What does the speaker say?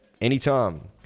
Anytime